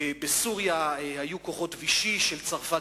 בסוריה היו כוחות וישי של צרפת,